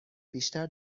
بیشتر